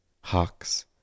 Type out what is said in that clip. hawks